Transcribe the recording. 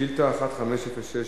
שאילתא 1506,